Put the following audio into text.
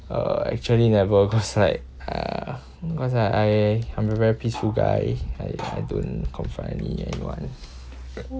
uh actually never cause like uh cause I I'm a very peaceful guy I I don't confront any~ anyone